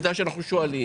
עובדה שאנחנו שואלים